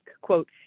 quote